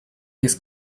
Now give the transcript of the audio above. his